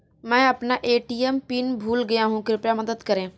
मैं अपना ATM PIN भूल गया हूँ कृपया मदद करें